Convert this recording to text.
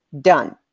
done